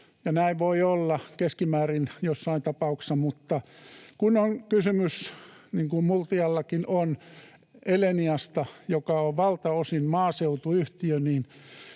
näin voi olla keskimäärin jossain tapauksessa, mutta kun on kysymys, niin kuin Multiallakin on, Eleniasta, joka on valtaosin maaseutuyhtiö,